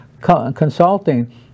consulting